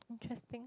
interesting